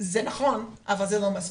זה נכון אבל זה לא מספיק.